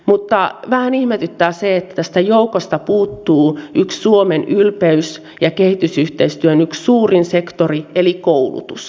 mutta vähän ihmetyttää se että tästä joukosta puuttuu yksi suomen ylpeys ja kehitysyhteistyön yksi suurin sektori eli koulutus